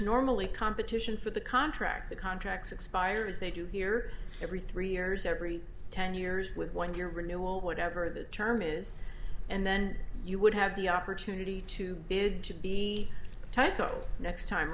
normally competition for the contract the contract expires they do here every three years every ten years with one year renewal whatever the term is and then you would have the opportunity to bid to be tyco next time